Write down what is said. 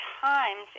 times